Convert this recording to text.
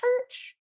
church